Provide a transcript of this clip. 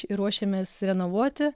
ir ruošiamės renovuoti